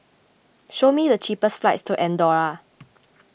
show me the cheapest flights to andorra